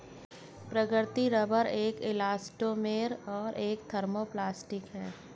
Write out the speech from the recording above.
प्राकृतिक रबर एक इलास्टोमेर और एक थर्मोप्लास्टिक है